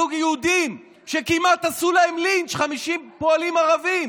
זוג יהודים שכמעט עשו בהם לינץ' 50 פועלים ערבים,